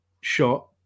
shot